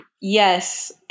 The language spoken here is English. yes